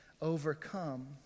overcome